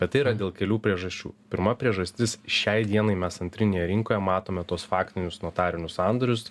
bet yra dėl kelių priežasčių pirma priežastis šiai dienai mes antrinėje rinkoje matome tuos faktinius notarinius sandorius